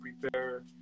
prepare